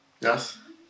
Yes